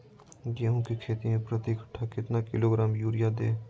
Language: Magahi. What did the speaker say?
गेंहू की खेती में प्रति कट्ठा कितना किलोग्राम युरिया दे?